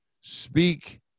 Speak